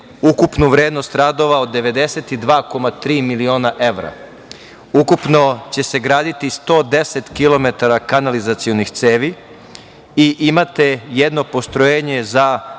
ukupnu vrednost radova od 92,3 miliona evra. Ukupno će se graditi 110 kilometara kanalizacionih cevi i imate jedno postrojenje za